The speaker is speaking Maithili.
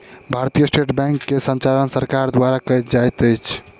भारतीय स्टेट बैंक के संचालन सरकार द्वारा कयल जाइत अछि